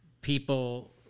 people